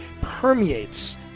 permeates